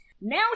Now